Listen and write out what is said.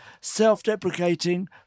self-deprecating